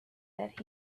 that